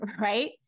right